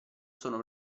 sono